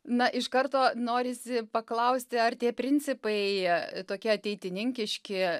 na iš karto norisi paklausti ar tie principai tokie ateitininkiški